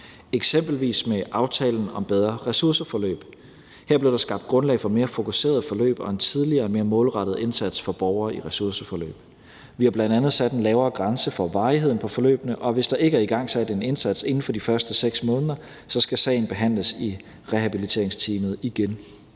eksempelvis med aftalen om bedre ressourceforløb. Her blev der skabt grundlag for mere fokuserede forløb og en tidligere og mere målrettet indsats for borgere i ressourceforløb. Vi har bl.a. sat en lavere grænse på varigheden af forløbene, og hvis der ikke er igangsat en indsats inden for de første 6 måneder, skal sagen behandles i rehabiliteringsteamet igen.